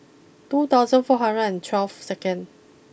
two thousand four hundred and twelve secnd